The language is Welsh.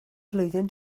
flwyddyn